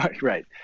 Right